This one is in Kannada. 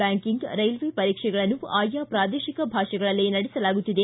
ಬ್ಯಾಂಕಿಂಗ್ ರೈಲ್ವೇ ಪರೀಕ್ಷೆಗಳನ್ನು ಆಯಾ ಪ್ರಾದೇಶಿಕ ಭಾಷೆಗಳಲ್ಲೆ ನಡೆಸಲಾಗುತ್ತಿದೆ